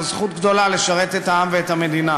זו זכות גדולה לשרת את העם ואת המדינה.